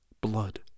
blood